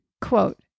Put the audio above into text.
Quote